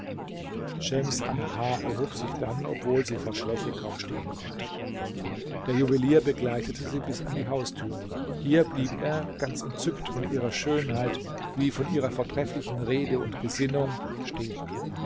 schems annahar erhob sich dann obwohl sie vor schwäche kaum stehen konnte der juwelier begleitete sie bis an die haustür hier blieb er ganz entzückt von ihrer schönheit wie von ihrer vortrefflichen rede und gesinnung stehen